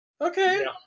Okay